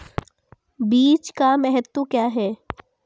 बीज का महत्व क्या है?